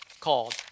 called